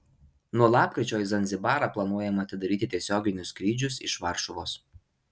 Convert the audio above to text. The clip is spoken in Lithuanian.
nuo lapkričio į zanzibarą planuojama atidaryti tiesioginius skrydžius iš varšuvos